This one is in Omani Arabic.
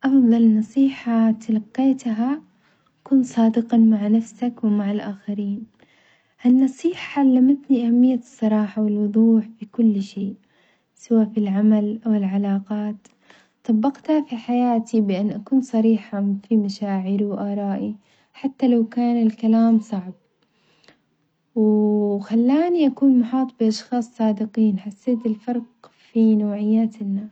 أفظل نصيحة تلقيتها كن صادقًا مع نفسك ومع الآخرين، هالنصيحة علمتني أهمية الصراحة والوظوح بكل شيء، سواء في العمل أو العلاقات، طبقتها في حياتي بأن أكون صريحة في مشاعري وآرائي حتى لو كان الكلام صعب، و-و خلاني أكون محاط بأشخاص صادقين حسيت الفرق في نوعيات الناس.